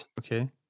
okay